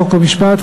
חוק ומשפט,